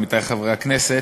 עמיתי חברי הכנסת,